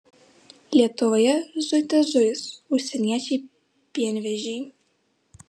lietuvoje zuite zuis užsieniečiai pienvežiai